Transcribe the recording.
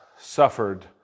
suffered